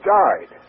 died